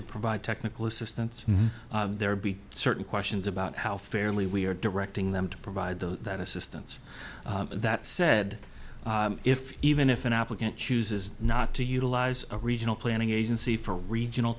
to provide technical assistance there would be certain questions about how fairly we are directing them to provide the assistance that said if even if an applicant chooses not to utilize a regional planning agency for regional